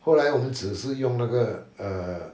后来我们只是用那个 err